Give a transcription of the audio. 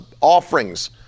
offerings